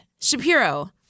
Shapiro